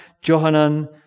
Johanan